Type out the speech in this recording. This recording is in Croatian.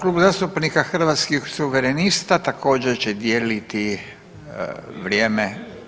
Klub zastupnika Hrvatskih suverenista također će dijeliti vrijeme.